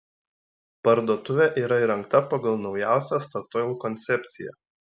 parduotuvė yra įrengta pagal naujausią statoil koncepciją